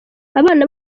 abana